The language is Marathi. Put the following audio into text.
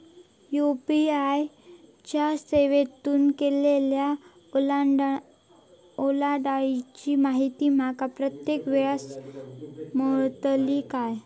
यू.पी.आय च्या सेवेतून केलेल्या ओलांडाळीची माहिती माका प्रत्येक वेळेस मेलतळी काय?